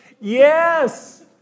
Yes